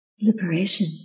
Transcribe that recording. liberation